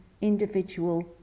individual